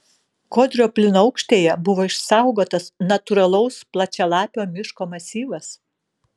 kodrio plynaukštėje buvo išsaugotas natūralaus plačialapio miško masyvas